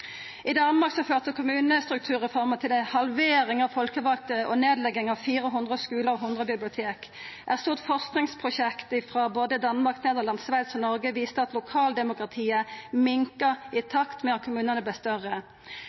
I Danmark førte kommunestrukturreforma til ei halvering av folkevalde og nedlegging av 400 skular og 100 bibliotek. Eit stort forskingsprosjekt frå både Danmark, Nederland, Sveits og Noreg viste at lokaldemokratiet minka i takt med at kommunane vart større.